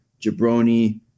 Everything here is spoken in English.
Jabroni